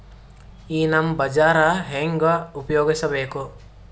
ಈ ನಮ್ ಬಜಾರ ಹೆಂಗ ಉಪಯೋಗಿಸಬೇಕು?